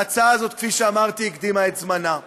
ההצעה הזאת, כפי שאמרתי, הקדימה את זמנה,